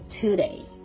today